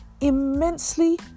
immensely